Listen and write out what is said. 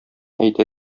әйтә